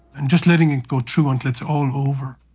and just letting it go through until it's all over,